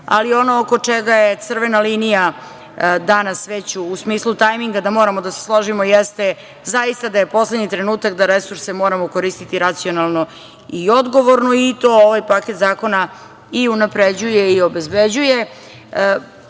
ali ono oko čega je crvena linija danas, već u smislu tajminga, da moramo da se složimo, jeste da je zaista poslednji trenutak da resurse moramo koristiti racionalno i odgovorno i to ovaj paket zakona unapređuje i obezbeđuje. Posle